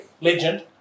Legend